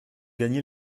gagné